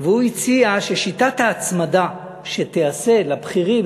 והוא הציע ששיטת ההצמדה שתיעשה לבכירים,